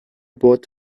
boot